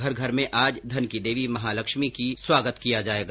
घर घर में आज धन की देवी महालक्ष्मी जी का स्वागत किया जाएगा